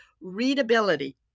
Readability